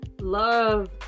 love